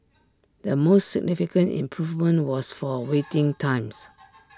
the most significant improvement was for waiting times